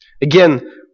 Again